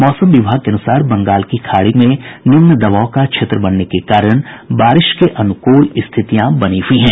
मौसम विभाग के अनुसार बंगाल की खाड़ी में निम्न दबाव का क्षेत्र बनने के कारण बारिश को अनुकूल स्थितियां बनी हुई हैं